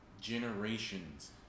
generations